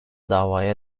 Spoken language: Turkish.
davaya